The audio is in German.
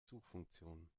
suchfunktion